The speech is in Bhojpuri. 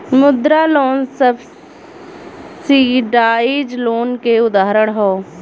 मुद्रा लोन सब्सिडाइज लोन क उदाहरण हौ